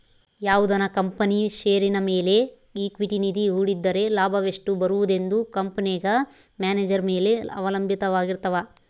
ಯಾವುದನ ಕಂಪನಿಯ ಷೇರಿನ ಮೇಲೆ ಈಕ್ವಿಟಿ ನಿಧಿ ಹೂಡಿದ್ದರೆ ಲಾಭವೆಷ್ಟು ಬರುವುದೆಂದು ಕಂಪೆನೆಗ ಮ್ಯಾನೇಜರ್ ಮೇಲೆ ಅವಲಂಭಿತವಾರಗಿರ್ತವ